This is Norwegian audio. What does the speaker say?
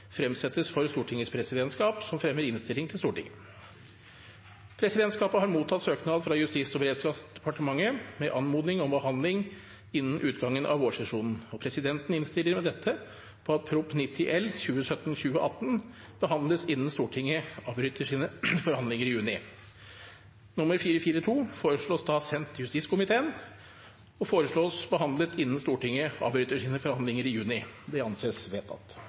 fremsettes for Stortingets presidentskap, som fremmer innstilling til Stortinget.» Presidentskapet har mottatt søknad fra Justis- og beredskapsdepartementet med anmodning om behandling innen utgangen av vårsesjonen. Presidenten innstiller med dette på at Prop. 90 L for 2017–2018 behandles innen Stortinget avbryter sine forhandlinger i juni. Referatsak nr. 442 foreslås da sendt justiskomiteen for behandling innen Stortinget avbryter sine forhandlinger i juni. – Det anses vedtatt.